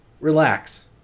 relax